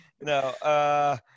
No